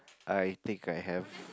I think I have